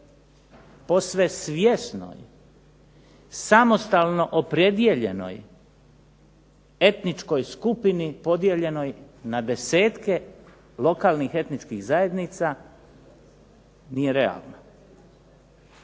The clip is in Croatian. posve svjesnoj, samostalnoj opredijeljenoj etničkoj skupini podijeljenoj na desetke lokalnih etničkih zajednica nije realno.